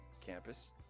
campus